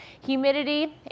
humidity